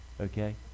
okay